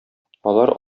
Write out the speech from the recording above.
алар